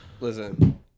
Listen